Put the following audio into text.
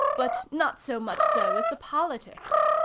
but not so much so as the politics.